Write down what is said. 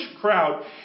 crowd